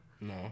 No